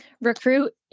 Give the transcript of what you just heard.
Recruit